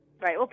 Right